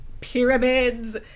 pyramids